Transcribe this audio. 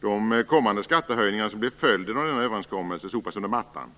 De kommande skattehöjningarna, som blir följden av denna överenskommelse, sopas under mattan.